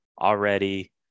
already